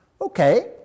Okay